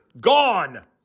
Gone